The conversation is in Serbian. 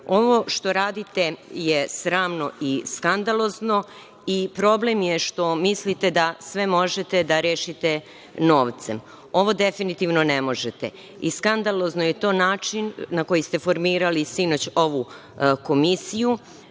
što radite je sramno i skandalozno i problem je što mislite da sve možete da rešite novcem. Ovo definitivno ne možete. Skandalozno je i način na koji ste formirali sinoć ovu komisiju.